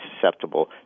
susceptible